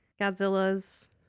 Godzilla's